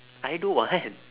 I don't want